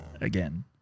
again